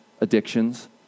Addictions